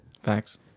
Facts